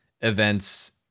events